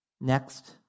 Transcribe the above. Next